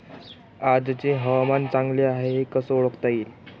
आजचे हवामान चांगले हाये हे कसे ओळखता येईन?